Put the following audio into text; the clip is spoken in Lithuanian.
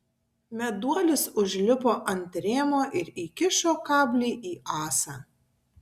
meduolis užlipo ant rėmo ir įkišo kablį į ąsą